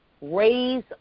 raise